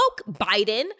Biden